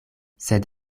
sed